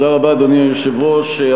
אדוני היושב-ראש, תודה רבה.